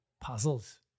puzzles